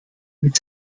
mit